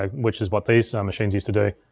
um which is what these machines used to do.